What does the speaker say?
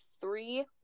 three